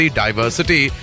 diversity